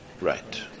right